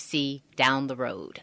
see down the road